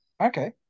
Okay